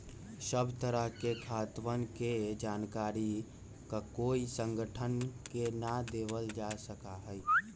सब तरह के खातवन के जानकारी ककोई संगठन के ना देवल जा सका हई